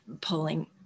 pulling